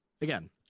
again